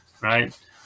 right